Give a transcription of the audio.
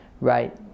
right